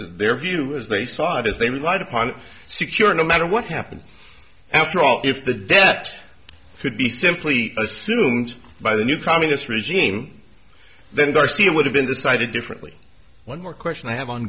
their view as they saw it as they relied upon secure no matter what happened after all if the debt could be simply assumed by the new communist regime then garcia would have been decided differently one more question i have on